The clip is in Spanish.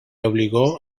obligó